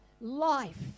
life